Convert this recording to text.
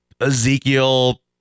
Ezekiel